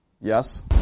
Yes